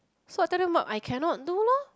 so I tell them mark I cannot do loh